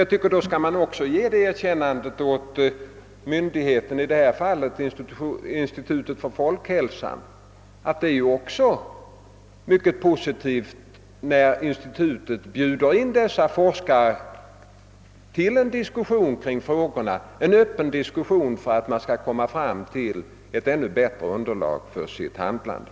Jag tycker dock att man då också skall ge myndigheten i fråga, i detta fall statens institut för folkhälsan, ett erkännande för det positiva i att man bjudit in dessa forskare till en öppen diskussion kring frågorna för att man skall kunna komma fram till ett ännu bättre underlag för sitt handlande.